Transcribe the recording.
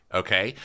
okay